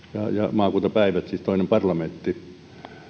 maakuntapäivät siis toinen parlamentti